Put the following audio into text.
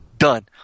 Done